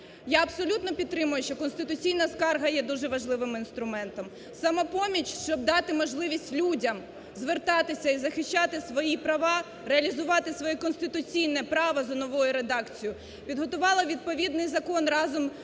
Я абсолютно підтримаю, що конституційна скарга є дуже важливим інструментом. "Самопоміч", щоб дати можливість людям звертатися і захищати свої права, реалізувати своє конституційне право за новою редакцією, підготувала відповідний закон разом з